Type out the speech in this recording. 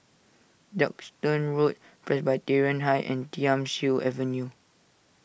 Duxton Road Presbyterian High and Thiam Siew Avenue